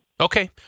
Okay